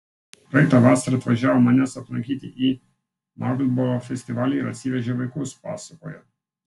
praeitą vasarą atvažiavo manęs aplankyti į marlboro festivalį ir atsivežė vaikus pasakoja